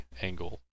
angle